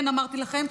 כן אמרתי לכם.